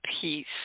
peace